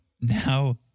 now